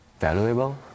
valuable